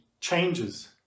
changes